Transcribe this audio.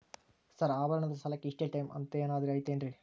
Sir ಆಭರಣದ ಸಾಲಕ್ಕೆ ಇಷ್ಟೇ ಟೈಮ್ ಅಂತೆನಾದ್ರಿ ಐತೇನ್ರೇ?